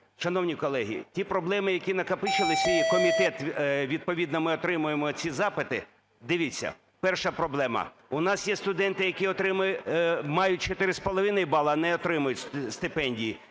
Шановні колеги, ті проблеми, які накопичились, і комітет відповідно, ми отримуємо ці запити, дивіться, перша проблема. У нас є студенти, які отримують... мають 4,5 бали, а не отримують стипендії;